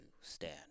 stand